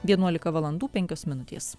vienuolika valandų penkios minutės